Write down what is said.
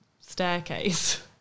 staircase